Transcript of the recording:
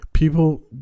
People